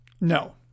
No